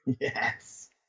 Yes